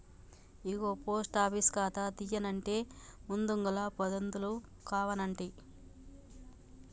ఇగో post office ఖాతా తీయన్నంటే ముందుగల పదొందలు కావనంటి